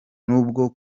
nubwo